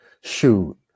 shoot